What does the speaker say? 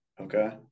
okay